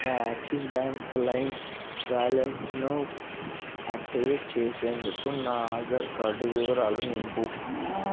నా Axis bank Lime వాలెట్ను activate చేసేందుకు నా ఆధార్ కార్డు వివరాలు నింపు